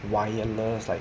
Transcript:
wireless like